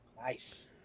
nice